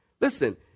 Listen